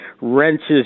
wrenches